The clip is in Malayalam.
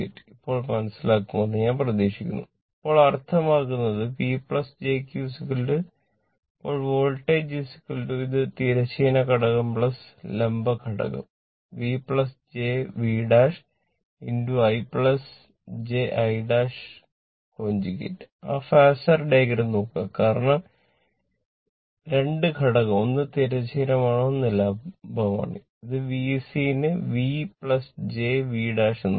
ഇപ്പോൾ മനസ്സിലാകുമെന്ന് ഞാൻ പ്രതീക്ഷിക്കുന്നു ഇപ്പോൾ അർത്ഥമാക്കുന്നത് P jQ ഇപ്പോൾ വോൾട്ടേജ്എന്ന് എഴുതാം